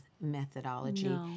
methodology